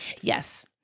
Yes